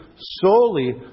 solely